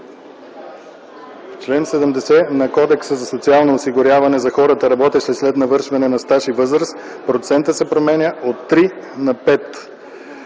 В чл. 70 на Кодекса за социално осигуряване за хората, работещи след навършване на стаж и възраст, процентът се променя от 3 на 5.”